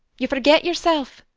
you forget yourself.